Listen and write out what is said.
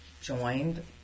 joined